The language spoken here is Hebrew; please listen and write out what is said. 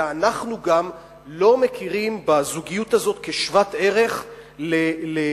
אלא אנחנו גם לא מכירים בזוגיות הזאת כשוות ערך לנישואים.